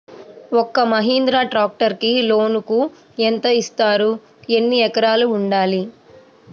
ఒక్క మహీంద్రా ట్రాక్టర్కి లోనును యెంత ఇస్తారు? ఎన్ని ఎకరాలు ఉండాలి?